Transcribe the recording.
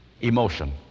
emotion